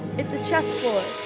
it's a chess board,